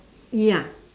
ya